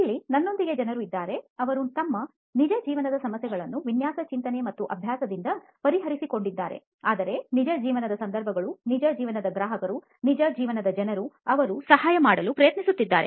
ಇಲ್ಲಿ ನನ್ನೊಂದಿಗೆ ಜನರು ಇದ್ದಾರೆ ಅವರು ತಮ್ಮ ನಿಜ ಜೀವನದ ಸಮಸ್ಯೆಗಳನ್ನು ವಿನ್ಯಾಸ ಚಿಂತನೆ ಮತ್ತು ಅಭ್ಯಾಸದಿಂದ ಪರಿಹರಿಸಿಕೊಂಡಿದ್ದಾರೆಅಂದರೆ ನಿಜ ಜೀವನದ ಸಂದರ್ಭಗಳು ನಿಜ ಜೀವನದ ಗ್ರಾಹಕರು ನಿಜ ಜೀವನದ ಜನರು ಅವರು ಸಹಾಯ ಮಾಡಲು ಪ್ರಯತ್ನಿಸಿದ್ದಾರೆ